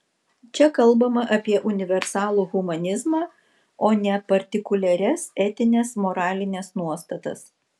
čia kalbama apie universalų humanizmą o ne partikuliaras etines moralines nuostatas